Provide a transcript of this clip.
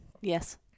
Yes